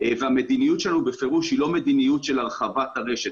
והמדיניות שלנו בפירוש היא לא מדיניות של הרחבת הרשת.